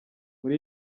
muri